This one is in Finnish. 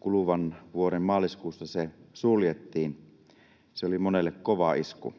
Kuluvan vuoden maaliskuussa se suljettiin. Se oli monelle kova isku.